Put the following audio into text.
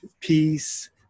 peace